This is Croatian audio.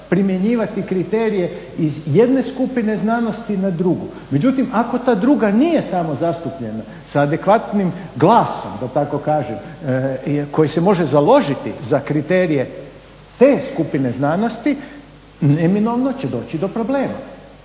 primjenjivati kriterije iz jedne skupine znanosti na drugu, međutim ako ta druga nije tamo zastupljena sa adekvatnim glasom, da tako kažem koji se može založiti za kriterije te skupine znanosti, neminovno će doći do problema.